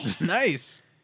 Nice